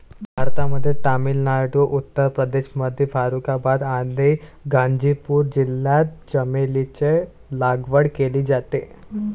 भारतामध्ये तामिळनाडू, उत्तर प्रदेशमधील फारुखाबाद आणि गाझीपूर जिल्ह्यात चमेलीची लागवड केली जाते